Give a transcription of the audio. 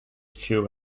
chu